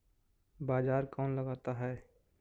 बाजार कौन लगाता है?